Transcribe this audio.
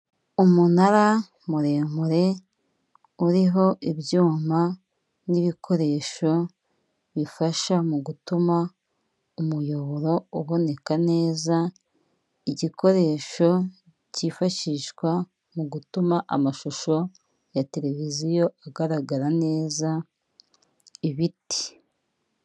Umunara muremure uriho ibyuma n'ibikoresho bifasha mu gutuma umuyoboro uboneka neza, igikoresho cyifashishwa mu gutuma amashusho ya televiziyo agaragara neza ibiti.